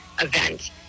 event